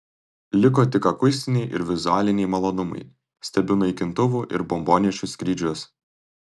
liko tik akustiniai ir vizualiniai malonumai stebiu naikintuvų ir bombonešių skrydžius